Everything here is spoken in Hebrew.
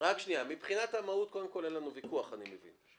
מבחינת המהות אין לנו ויכוח, אני מבין.